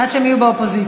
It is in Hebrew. עד שהם יהיו באופוזיציה.